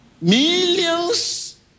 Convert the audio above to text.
Millions